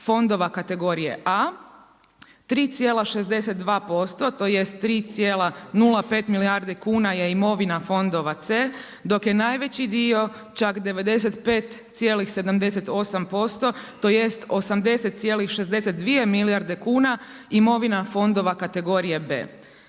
fondova kategorije A, 3,62%, tj. 3,05 milijardi kuna je imovina fondova C, dok je najveći dio, čak 95,78% tj. 80,62 milijarde kunu imovina fondova kategorije B.